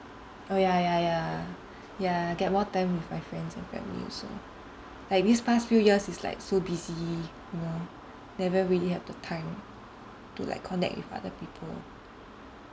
oh ya ya ya ya I get more time with my friends and family also like these past few years is like so busy you know never really have the time to like connect with other people